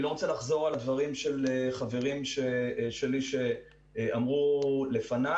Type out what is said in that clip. אני לא רוצה לחזור על דברים שחברים שלי אמרו לפניי,